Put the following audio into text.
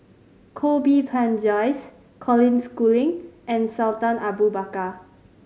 Koh Bee Tuan Joyce Colin Schooling and Sultan Abu Bakar